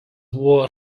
buvo